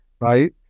Right